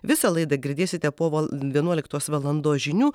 visą laidą girdėsite po val vienuoliktos valandos žinių